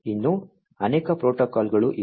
ಇನ್ನೂ ಅನೇಕ ಪ್ರೋಟೋಕಾಲ್ಗಳು ಇವೆ